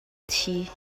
thi